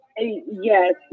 Yes